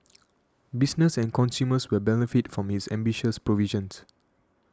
business and consumers will benefit from its ambitious provisions